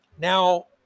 Now